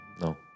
no